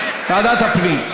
ועדת הפנים.